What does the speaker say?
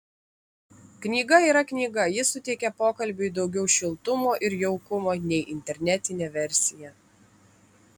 knyga yra knyga ji suteikia pokalbiui daugiau šiltumo ir jaukumo nei internetinė versija